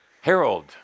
Harold